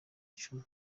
icumi